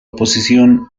oposición